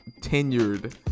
tenured